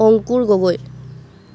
Ankur Gogoi